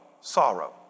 sorrow